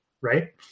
right